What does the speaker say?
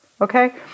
Okay